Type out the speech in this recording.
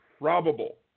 probable